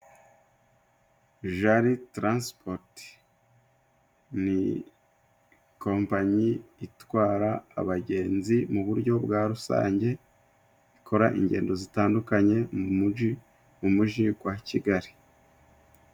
Jari transipoti ni kompanyi itwara abagenzi mu buryo bwa rusange, ikora ingendo zitandukanye mu muji, mu muji gwa Kigali.